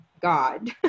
God